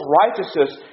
righteousness